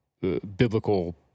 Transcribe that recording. biblical